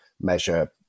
measure